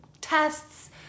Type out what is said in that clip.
tests